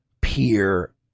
peer